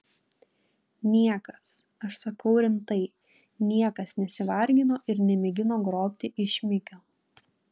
niekas aš sakau rimtai niekas nesivargino ir nemėgino grobti iš šmikio